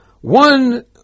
One